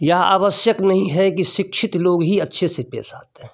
यह आवश्यक नहीं है कि शिक्षित लोग ही अच्छे से पेश आते हैं